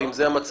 ואם זה המצב,